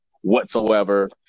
whatsoever